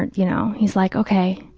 and you know. he's like, okay.